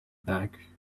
back